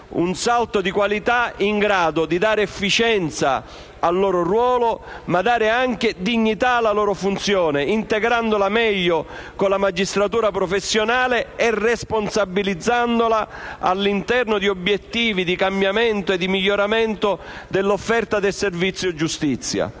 bel salto di qualità, in grado di dare efficienza al loro ruolo e dignità alla loro funzione, integrandola meglio con la magistratura professionale e responsabilizzandola all'interno di obiettivi di cambiamento e di miglioramento dell'offerta del servizio giustizia.